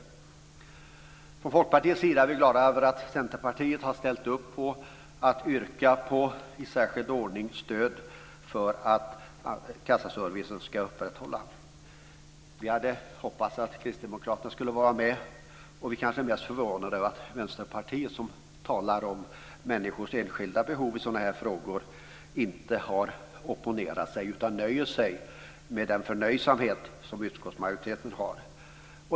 Vi från Folkpartiet är glada över att Centerpartiet har ställt upp på att i särskild ordning yrka på stöd för att kassaservicen ska kunna upprätthållas. Vi hoppades att kristdemokraterna skulle vara med, men vi är kanske mest förvånade över att Vänsterpartiet - som talar om människors enskilda behov i sådana här frågor - inte har opponerat sig. Man nöjer sig med den förnöjsamhet som utskottsmajoriteten har.